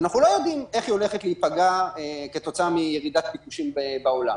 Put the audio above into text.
ואנחנו לא יודעים איך היא הולכת להיפגע כתוצאה מירידת ביקושים בעולם.